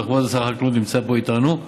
וכבוד שר החקלאות נמצא פה איתנו.